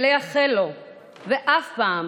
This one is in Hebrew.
בלייחל לו ואף פעם